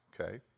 okay